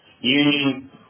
Union